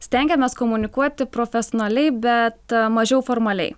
stengiamės komunikuoti profesionaliai bet mažiau formaliai